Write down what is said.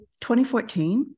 2014